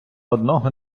одного